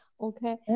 Okay